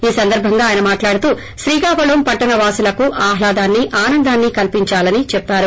ఈ సందర్భంగా ఆయన మాట్లాడుతూ శ్రీకాకుళం పట్టణ వాసులకు ఆహ్లాదాన్ని ఆనందాన్ని కల్పించాలని చెప్పారు